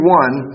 one